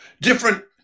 different